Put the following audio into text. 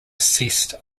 ceased